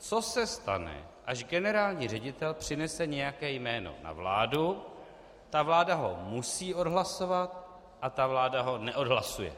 Co se stane, až generální ředitel přinese nějaké jméno na vládu, ta vláda ho musí odhlasovat, a ta vláda ho neodhlasuje.